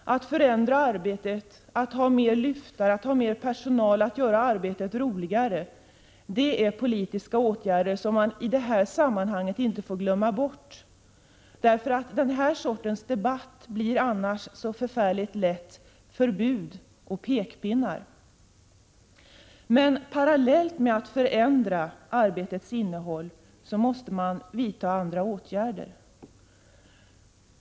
Att förändra arbetet, att ha flera lyftar, att ha mer personal, att göra arbetet roligare — det är politiska åtgärder som man i det här sammanhanget inte får glömma bort. Den här sortens debatt blir annars så oerhört lätt förbud och pekpinnar. Men parallellt med att förändra arbetets innehåll måste man vidta andra åtgärder.